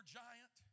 giant